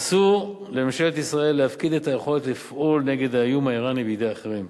אסור לממשלת ישראל להפקיד את היכולת לפעול נגד האיום האירני בידי אחרים.